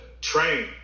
train